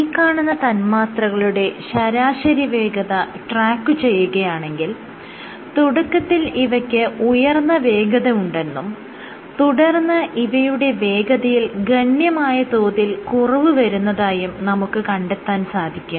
ഈ കാണുന്ന തന്മാത്രകളുടെ ശരാശരി വേഗത ട്രാക്കുചെയ്യുകയാണെങ്കിൽ തുടക്കത്തിൽ ഇവയ്ക്ക് ഉയർന്ന വേഗത ഉണ്ടെന്നും തുടർന്ന് ഇവയുടെ വേഗതയിൽ ഗണ്യമായ തോതിൽ കുറവ് വരുന്നതായും നമുക്ക് കണ്ടെത്താൻ സാധിക്കും